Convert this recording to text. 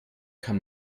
kann